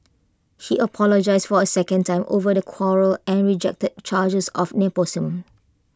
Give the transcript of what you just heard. he apologised for A second time over the quarrel and rejected charges of nepotism